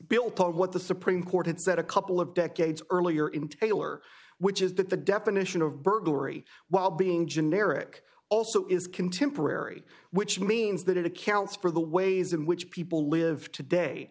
built on what the supreme court had said a couple of decades earlier in taylor which is that the definition of burglary while being generic also is contemporary which means that it accounts for the ways in which people live today